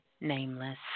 nameless